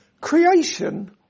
Creation